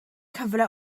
cyfle